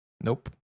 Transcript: Nope